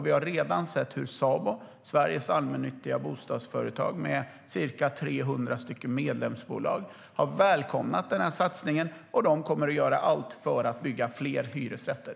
Vi har redan sett hur Sabo, Sveriges Allmännyttiga Bostadsföretag med ca 300 medlemsbolag, har välkomnat satsningen. De kommer att göra allt för att bygga fler hyresrätter.